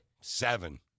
Seven